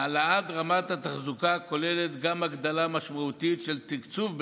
העלאת רמת התחזוקה כוללת גם הגדלה משמעותית של תקצוב בנושא.